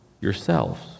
yourselves